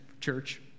church